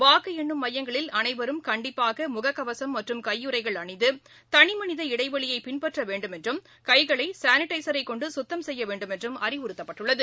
வாக்குஎண்னும் மையங்களில் அனைவரும் கண்டிப்பாகமுகக்கவசும் மற்றும் கையுறைகள் அணிந்து தளிமளித இடைவெளியைபின்பற்றவேண்டும் என்றும் கைகளைசானிடைசரைகொண்டுசுத்தம் செயயவேண்டும் என்றும் அறிவுறுத்தப்பட்டுள்ளது